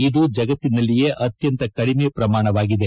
ಇದು ಜಗತ್ತಿನಲ್ಲಿಯೇ ಅತ್ಯಂತ ಕಡಿಮೆ ಪ್ರಮಾಣವಾಗಿದೆ